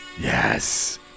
Yes